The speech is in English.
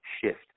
shift